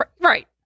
Right